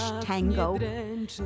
Tango